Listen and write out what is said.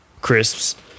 crisps